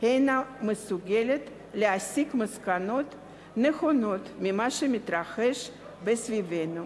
אינה מסוגלת להסיק מסקנות נכונות ממה שמתרחש סביבנו.